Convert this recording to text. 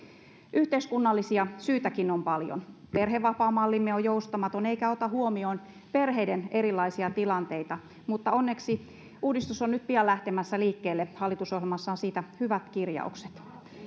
yhteiskunnallisiakin syitäkin on paljon perhevapaamallimme on joustamaton eikä ota huomioon perheiden erilaisia tilanteita mutta onneksi uudistus on nyt pian lähtemässä liikkeelle hallitusohjelmassa on siitä hyvät kirjaukset